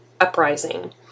Uprising